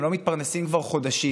הם לא מתפרנסים כבר חודשים.